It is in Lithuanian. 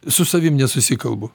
su savim nesusikalbu